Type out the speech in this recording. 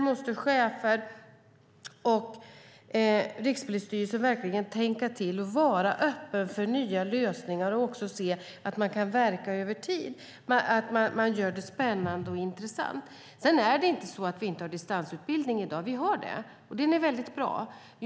Både chefer och Rikspolisstyrelsen måste verkligen tänka till och vara öppna för nya lösningar. Man ska verka över tid och göra det spännande och intressant. Vi har distansutbildning i dag, och den är väldigt bra.